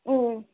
ம்